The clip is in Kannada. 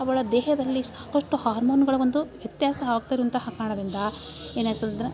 ಅವಳ ದೇಹದಲ್ಲಿ ಸಾಕಷ್ಟು ಹಾರ್ಮೋನುಗಳ ಒಂದು ವ್ಯತ್ಯಾಸ ಆಗ್ತಿರುವಂತಹ ಕಾರಣದಿಂದ ಏನೈತಂದ್ರೆ